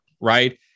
right